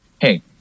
Hey